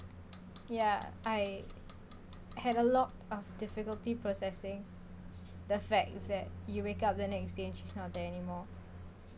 ya I had a lot of difficulty processing the fact that you wake up the next day and she's not there anymore